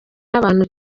n’abantu